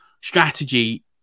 strategy